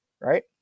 right